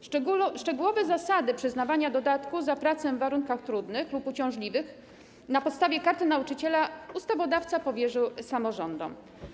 Ustalenie szczegółowych zasad przyznawania dodatku za pracę w warunkach trudnych lub uciążliwych na podstawie Karty Nauczyciela ustawodawca powierzył samorządom.